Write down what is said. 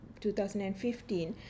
2015